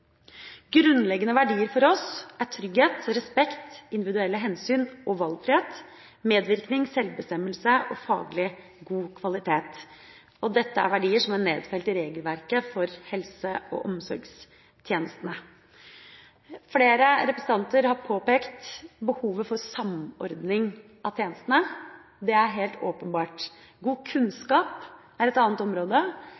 faglig god kvalitet. Dette er verdier som er nedfelt i regelverket for helse- og omsorgstjenestene. Flere representanter har påpekt behovet for samordning av tjenestene – behovet er helt åpenbart. God